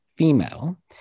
Female